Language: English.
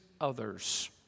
others